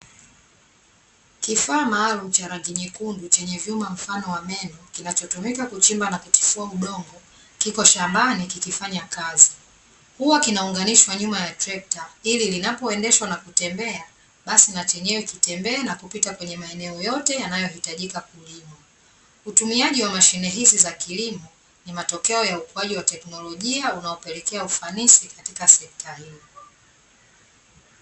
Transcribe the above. Kifaa maalumu cha rangi nyekundu chenye vyuma mfano wa meno kinacho tumika kuchimba na kutifua udongo, kiko shambani na kufanya kazi. Huwa kinaunganishwa nyuma ya trekta ili linapoendeshwa na kutembea basi na chenyewe kitembee na kupita kwenye maeneo yote yanayohitajika kulimwa. Utumiaji wa mashine hizi za kilimo ni matokeo ya ukuwaji wa kiteknologia unaopelekea ufanisi katika sekta hiyo.